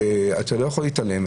אתה לא יכול להתעלם,